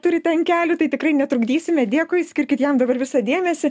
turite ant kelių tai tikrai netrukdysime dėkui skirkit jam dabar visą dėmesį